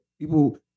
people